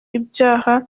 ibyaha